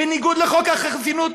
בניגוד לחוק החסינות,